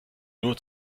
nur